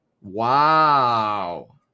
Wow